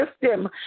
system